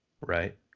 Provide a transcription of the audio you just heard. right